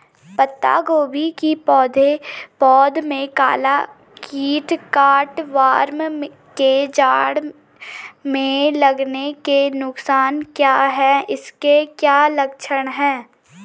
पत्ता गोभी की पौध में काला कीट कट वार्म के जड़ में लगने के नुकसान क्या हैं इसके क्या लक्षण हैं?